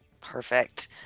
Perfect